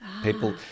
People